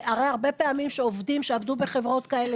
הרי הרבה פעמים כשעובדים שעבדו בחברות כאלה